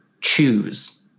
Choose